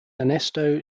ernesto